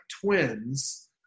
twins